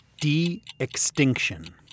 De-extinction